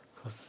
cause